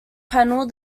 panel